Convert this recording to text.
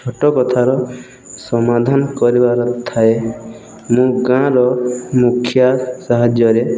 ଛୋଟ କଥାର ସମାଧାନ କରିବାର ଥାଏ ମୁଁ ଗାଁର ମୁଖିଆ ସାହାଯ୍ୟରେ